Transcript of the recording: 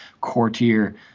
courtier